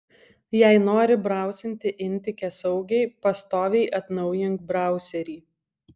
jei nori brausinti intike saugiai pastoviai atnaujink brauserį